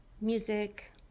music